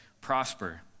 prosper